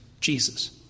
Jesus